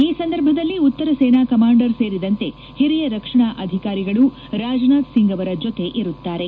ಈ ಸಂದರ್ಭದಲ್ಲಿ ಉತ್ತರ ಸೇನಾ ಕಮಾಂಡರ್ ಸೇರಿದಂತೆ ಹಿರಿಯ ರಕ್ಷಣಾ ಅಧಿಕಾರಿಗಳು ರಾಜನಾಥ್ ಸಿಂಗ್ ಅವರ ಜೊತೆ ಇರುತ್ತಾರೆ